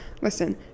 listen